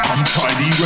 Untidy